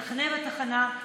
יחנה בתחנה,